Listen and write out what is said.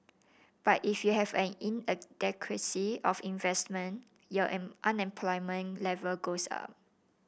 but if you have an inadequacy of investment your unemployment level goes up